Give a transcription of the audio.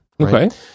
Okay